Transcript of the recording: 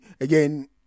again